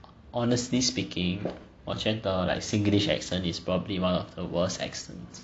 honestly speaking 我觉得 like singlish accent is probably one of the worst accents